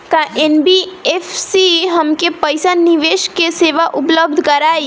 का एन.बी.एफ.सी हमके पईसा निवेश के सेवा उपलब्ध कराई?